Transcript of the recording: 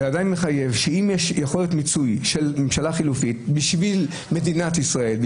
זה עדיין מחייב אם יש יכולת מיצוי של ממשלה חלופית בשביל מדינת ישראל,